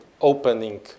opening